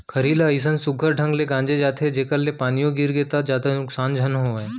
खरही ल अइसन सुग्घर ढंग ले गांजे जाथे जेकर ले पानियो गिरगे त जादा नुकसान झन होवय